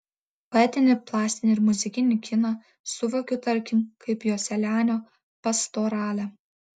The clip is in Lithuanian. poetinį plastinį ir muzikinį kiną suvokiu tarkim kaip joselianio pastoralę